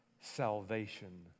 Salvation